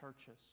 churches